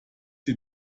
sie